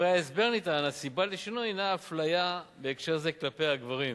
בדברי ההסבר נטען: הסיבה לשינוי היא אפליה בהקשר זה כלפי הגברים.